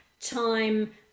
time